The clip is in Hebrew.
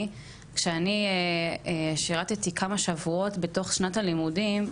כשאני שירתתי כמה שבועות בתוך שנת הלימודים,